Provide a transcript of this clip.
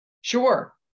Sure